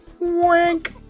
Wink